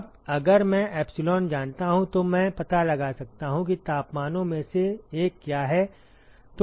अब अगर मैं एप्सिलॉन जानता हूं तो मैं पता लगा सकता हूं कि तापमानों में से एक क्या है